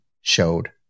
showed